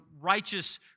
righteous